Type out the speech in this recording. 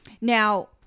Now